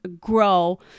grow